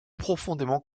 profondément